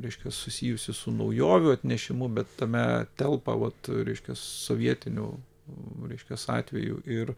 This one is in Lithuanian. reiškia susijusi su naujovių atnešimu bet tame telpa vat reiškias sovietiniu reiškiasi atveju ir